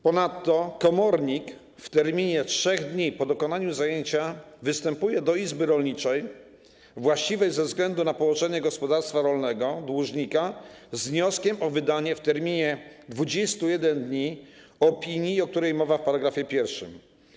Ponadto komornik w terminie 3 dni po dokonaniu zajęcia występuje do izby rolniczej właściwej ze względu na położenie gospodarstwa rolnego dłużnika z wnioskiem o wydanie w terminie 21 dni opinii, o której mowa w § 1.